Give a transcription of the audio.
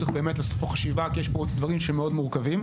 צריך באמת לעשות פה חשיבה כי יש פה דברים שהם מאוד מורכבים.